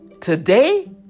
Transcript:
Today